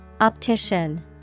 Optician